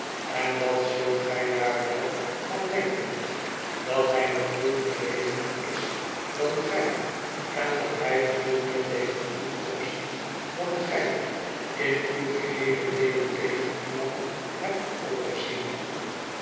en wat zult gij daar wel van denken dat hij nog veel verlegener is dan gij en dat hij veel meer tegen u opziet dan gij in uw seheele leven tegen iemand hebt opgezien